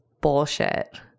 bullshit